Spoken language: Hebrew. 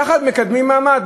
ככה מקדמים מעמד.